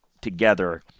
together